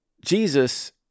Jesus